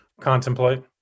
contemplate